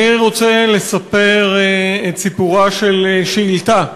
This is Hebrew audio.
תודה לך, אני רוצה לספר את סיפורה של שאילתה.